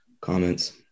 comments